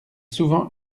souvent